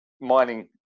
mining